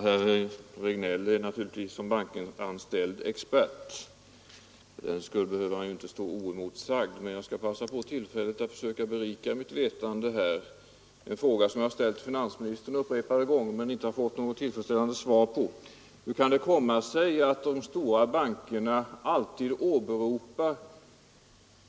Herr talman! Herr Regnéll är naturligtvis som bankanställd expert. Fördenskull behöver han ju inte stå oemotsagd. Men jag skall passa på tillfället att försöka berika mitt vetande. Jag har en fråga som jag ställt till finansministern upprepade gånger men inte fått något tillfredsställande svar på: Hur kan det komma sig att de stora bankerna alltid åberopar